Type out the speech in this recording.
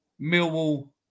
Millwall